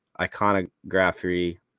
iconography